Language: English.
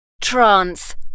Trance